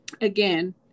again